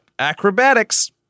acrobatics